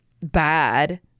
bad